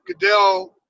Goodell